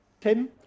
Tim